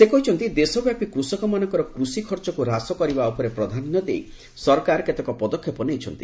ସେ କହିଛନ୍ତି ଦେଶବ୍ୟାପୀ କୃଷକମାନଙ୍କର କୃଷିଖର୍ଚ୍ଚକୁ ହ୍ରାସ କରିବା ଉପରେ ପ୍ରାଧାନ୍ୟ ଦେଇ ସରକାର କେତେକ ପଦକ୍ଷେପ ନେଇଛନ୍ତି